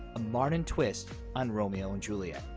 a modern twist on romeo and juliet.